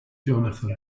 jonathan